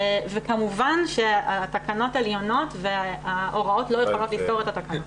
כמובן שהתקנות עליונות וההוראות לא יכולות לסתור את התקנות.